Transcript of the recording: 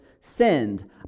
Send